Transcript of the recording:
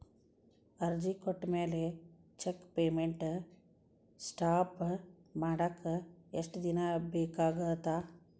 ಅರ್ಜಿ ಕೊಟ್ಮ್ಯಾಲೆ cheque payment stop ಮಾಡಾಕ ಎಷ್ಟ ದಿನಾ ಬೇಕಾಗತ್ತಾ